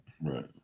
Right